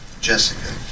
Jessica